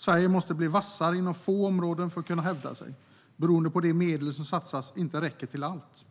Sverige måste bli vassare inom få områden för att kunna hävda sig eftersom de medel som satsas inte räcker till allt.